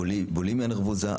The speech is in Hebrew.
בולימיה נרבוזה,